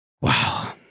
wow